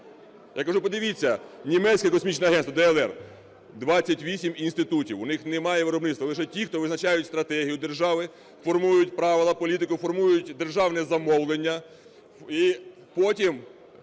Я кажу: "Подивіться, німецьке космічне агентство DLR, 28 інститутів. У них немає виробництва, лише ті, хто визначає стратегію держави, формують правила політики, формують державне замовлення